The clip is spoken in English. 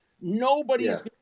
Nobody's